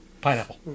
Pineapple